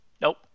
nope